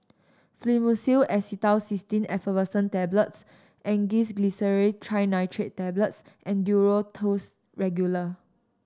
Fluimucil Acetylcysteine Effervescent Tablets Angised Glyceryl Trinitrate Tablets and Duro Tuss Regular